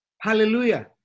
Hallelujah